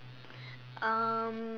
um